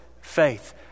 Faith